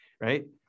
Right